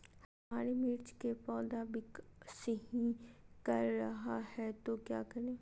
हमारे मिर्च कि पौधा विकास ही कर रहा है तो क्या करे?